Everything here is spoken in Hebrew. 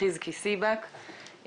חיזקי סיבק.